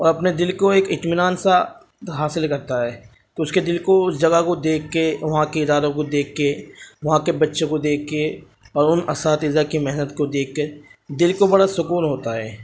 اور اپنے دل کو ایک اطمینان سا حاصل کرتا ہے اس کے دل کو اس جگہ کو دیکھ کے وہاں کے اداروں کو دیکھ کے وہاں کے بچوں کو دیکھ کے اور ان اساتذہ کی محنت کو دیکھ کے دل کو بڑا سکون ہوتا ہے